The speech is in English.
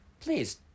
please